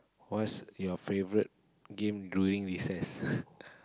what's your favourite game during recess